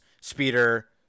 speeder